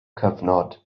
cyfnod